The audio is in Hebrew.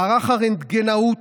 מערך הרנטגנאות